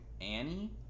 annie